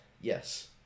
Yes